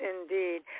indeed